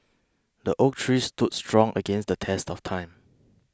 the oak tree stood strong against the test of time